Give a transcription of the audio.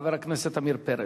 חבר הכנסת עמיר פרץ.